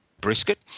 brisket